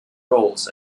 roles